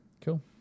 Cool